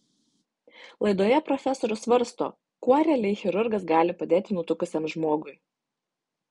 laidoje profesorius svarsto kuo realiai chirurgas gali padėti nutukusiam žmogui